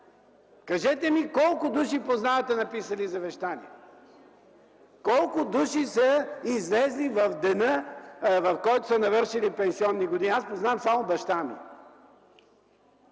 Кажете ми колко души познавате, написали завещание? Колко души са излезли в деня, в който са навършили пенсионни години? Аз познавам само баща ми.